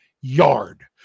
yard